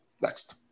Next